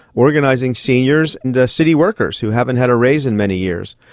organising seniors and city workers who haven't had a raised in many years.